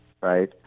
right